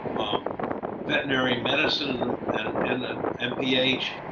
veterinary medicine and the mph,